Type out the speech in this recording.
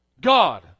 God